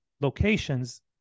locations